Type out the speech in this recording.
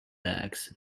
bags